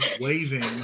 waving